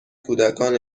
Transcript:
کودکان